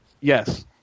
Yes